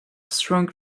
strong